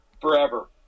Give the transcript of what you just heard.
forever